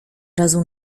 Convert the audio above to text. razu